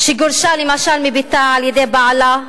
שגורשה, למשל, מביתה על-ידי בעלה,